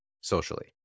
socially